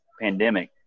pandemic